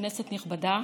כנסת נכבדה,